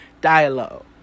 Dialogue